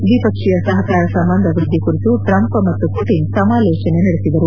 ದ್ವಿಪಕ್ಷೀಯ ಸಹಕಾರ ಸಂಬಂಧ ವೃದ್ಧಿ ಕುರಿತು ಟ್ರಂಪ್ ಮತ್ತು ಪುಟನ್ ಸಮಾಲೋಚನೆ ನಡೆಸಿದರು